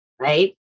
right